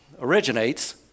originates